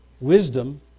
wisdom